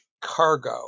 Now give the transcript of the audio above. cargo